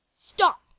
Stop